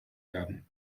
werden